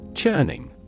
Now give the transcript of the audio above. Churning